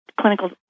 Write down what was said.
clinical